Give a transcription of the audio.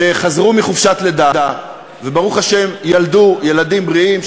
שחזרו מחופשת לידה וברוך השם ילדו ילדים בריאים,